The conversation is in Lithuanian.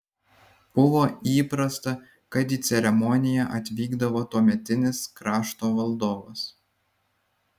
buvo įprasta kad į ceremoniją atvykdavo tuometinis krašto valdovas